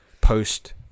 post